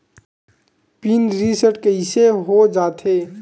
Pin reset कइसे हो जाथे?